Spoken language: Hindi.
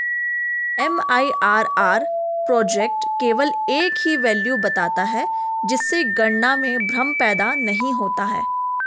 एम.आई.आर.आर प्रोजेक्ट केवल एक ही वैल्यू बताता है जिससे गणना में भ्रम पैदा नहीं होता है